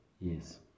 Yes